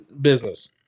business